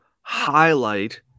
highlight